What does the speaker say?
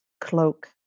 cloak